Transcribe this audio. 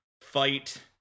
fight